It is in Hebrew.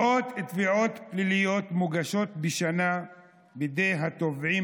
מאות תביעות פליליות מוגשות בשנה על ידי התובעים